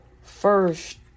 First